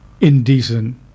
indecent